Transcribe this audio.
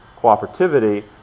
cooperativity